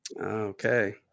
Okay